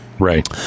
Right